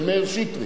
של מאיר שטרית,